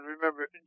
remember